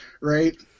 right